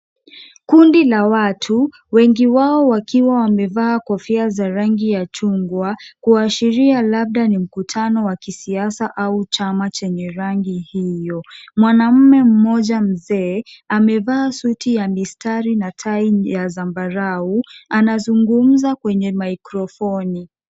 Kundi la watu, wengi wao wakiwa wamevaa kofia za rangi ya chungwa, kuashiria labda ni mkutano wa kisiasa au chama chenye rangi hiyo. Mwanaume mmoja mzee, amevaa suti nyeusi na tai ya zambarau. Anazungumza kwenye mikrofoni.